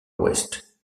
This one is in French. west